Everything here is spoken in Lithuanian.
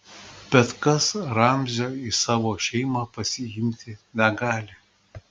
bet kas ramzio į savo šeimą pasiimti negali